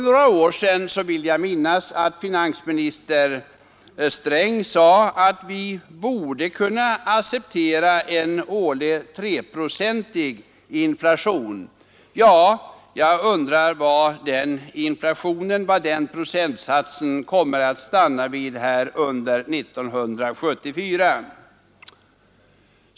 Jag vill minnas att finansminister Sträng för några år sedan sade att vi borde kunna acceptera en årlig 3-procentig inflation. Jag undrar var procentsatsen kommer att stanna under 1974.